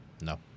No